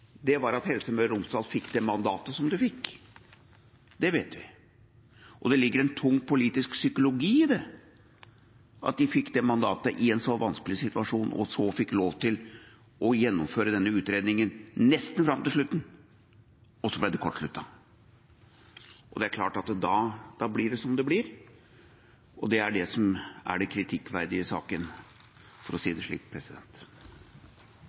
at Helse Møre og Romsdal fikk det mandatet som det fikk. Det vet vi. Det ligger en tung politisk psykologi i det, at de fikk det mandatet i en så vanskelig situasjon og så fikk lov til å gjennomføre denne utredningen nesten fram til slutten, og så ble det kortsluttet. Det er klart at da blir det som det blir, og det er det som er det kritikkverdige i saken, for å si det slik.